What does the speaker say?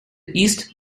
east